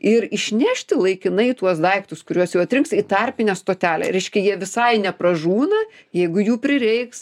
ir išnešti laikinai tuos daiktus kuriuos jau atrinks į tarpinę stotelę reiškia jie visai nepražūna jeigu jų prireiks